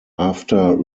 after